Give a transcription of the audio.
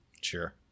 Sure